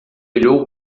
olhou